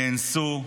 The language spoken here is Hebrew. נאנסו,